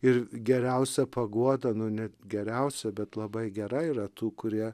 ir geriausia paguoda nu net geriausia bet labai gera yra tų kurie